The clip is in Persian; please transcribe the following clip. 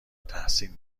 تحسین